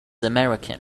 american